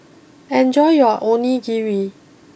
enjoy your Onigiri